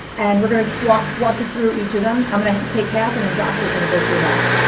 and we're going to walk walk you through each of them, i'm going to take half and then josh was going to go through half.